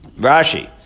Rashi